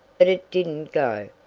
but it didn't go,